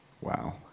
Wow